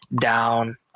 down